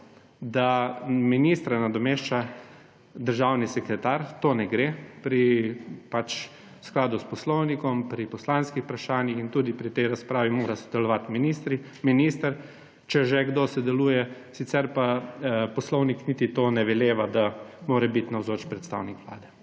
da ministra nadomešča državni sekretar, to ne gre v skladu s poslovnikom pri poslanskih vprašanjih in tudi pri tej razpravi mora sodelovati minister, če že kdo sodeluje, sicer pa poslovnik niti to ne veleva, da mora biti navzoč predstavnik Vlade.